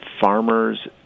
farmers